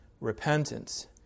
repentance